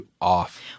off